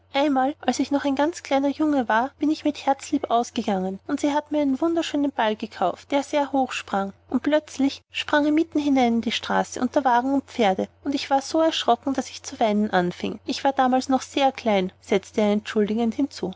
einmal als ich noch ein ganz kleiner junge war bin ich mit herzlieb ausgegangen und sie hat mir einen wunderschönen ball gekauft der sehr hoch sprang und plötzlich sprang er mitten hinein in die straße unter wagen und pferde und ich war so erschrocken daß ich zu weinen anfing ich war damals noch sehr klein setzte er entschuldigend hinzu